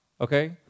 okay